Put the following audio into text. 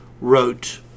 wrote